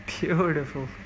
beautiful